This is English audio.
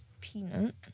peanut